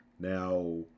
Now